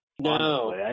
No